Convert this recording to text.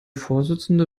vorsitzende